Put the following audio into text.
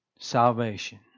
Salvation